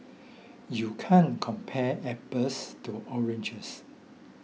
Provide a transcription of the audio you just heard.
you can't compare apples to oranges